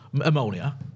ammonia